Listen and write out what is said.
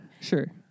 sure